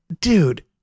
dude